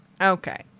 okay